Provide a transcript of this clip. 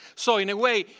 so in a way,